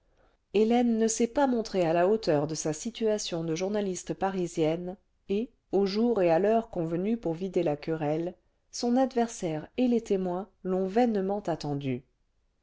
hélène ne s'est pas montrée à la hauteur cle sa situation de journaliste parisienne et au jour et à l'heure convenus pour vider la querelle son adversaire et les témoins l'ont vainement attendue